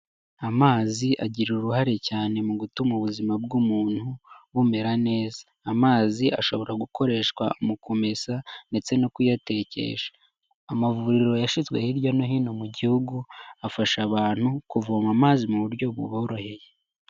Amazi agira uruhare cyane mu gutuma ubuzima bw'umuntu bumera neza. Amazi ashobora gukoreshwa mu kumesa ndetse no kuyatekesha. Amavuriro yashyizwe hirya no hino mu gihugu afasha abantu kuvoma amazi mu buryo buboroheye.